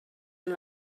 amb